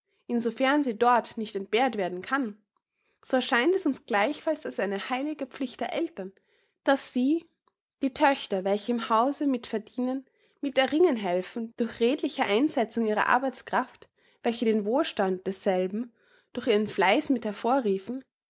insofern sie dort nicht entbehrt werden kann so erscheint es uns gleichfalls als eine heilige pflicht der eltern daß sie die töchter welche im hause mit verdienen mit erringen helfen durch redliche einsetzung ihrer arbeitskraft welche den wohlstand desselben durch ihren fleiß mit